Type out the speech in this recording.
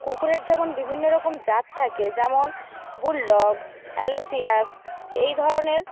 কুকুরের যেমন বিভিন্ন রকম জাত থাকে যেমন বুলডগ আলসেসিয়ান এই ধরনের